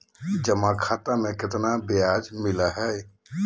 जमा खाता में केतना ब्याज मिलई हई?